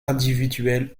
individuelles